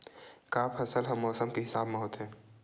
का फसल ह मौसम के हिसाब म होथे?